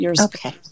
okay